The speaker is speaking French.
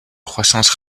croissance